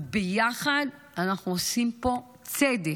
וביחד אנחנו עושים פה צדק.